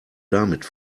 damit